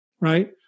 right